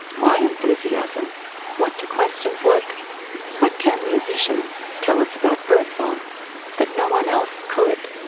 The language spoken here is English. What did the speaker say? my enthusiasm went to questions like what can musicians tell us about birdsong that no one else could?